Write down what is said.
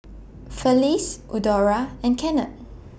Felice Eudora and Kennard